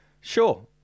sure